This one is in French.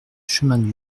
chemin